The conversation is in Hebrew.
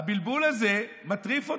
הבלבול הזה מטריף אותי.